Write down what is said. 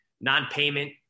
non-payment